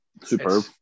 superb